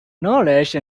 knowledge